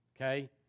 Okay